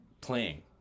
playing